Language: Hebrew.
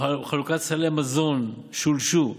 חלוקת סלי המזון, שולשו,